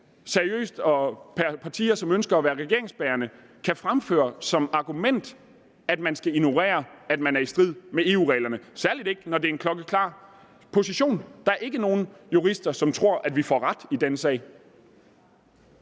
hvordan partier, som ønsker at være regeringsbærende, seriøst kan fremføre som argument, at man skal ignorere, at man handler i strid med EU-reglerne, særlig ikke, når det er en klokkeklar position. For der er ikke nogen jurister, som tror, at vi får ret i denne sag.